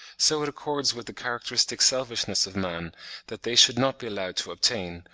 so it accords with the characteristic selfishness of man that they should not be allowed to obtain,